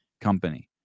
company